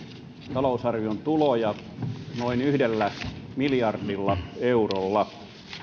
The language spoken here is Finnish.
talousarvion tuloja noin yhdellä miljardilla eurolla